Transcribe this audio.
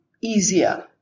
easier